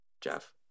Jeff